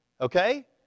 Okay